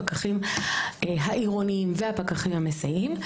הפקחים העירוניים והפקחים המסייעים.